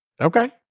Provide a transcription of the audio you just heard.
Okay